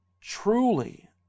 truly